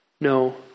No